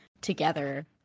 together